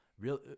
real